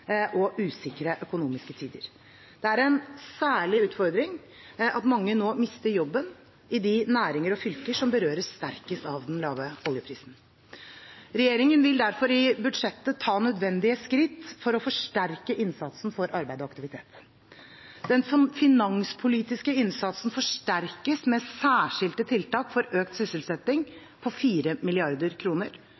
og usikre økonomiske tider. Det er en særlig utfordring at mange nå mister jobben i de næringer og fylker som berøres sterkest av den lave oljeprisen. Regjeringen vil derfor i budsjettet ta nødvendige skritt for å forsterke innsatsen for arbeid og aktivitet. Den finanspolitiske innsatsen forsterkes med særskilte tiltak for økt sysselsetting på